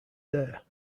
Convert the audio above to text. there